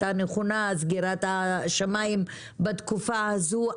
סגירת השמיים בתקופה הזו.